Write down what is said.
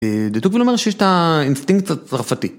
דובל אמר שיש את האינסטינקט הצרפתי.